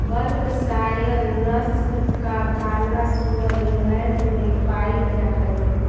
Berkshire नस्ल का काला सुअर इंग्लैण्ड में पायिल जा हई